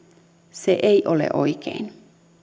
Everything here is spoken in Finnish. se ei ole oikein